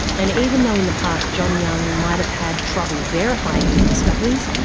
and even though in the past john young might've had trouble verifying his discoveries,